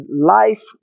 life